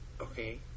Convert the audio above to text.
Okay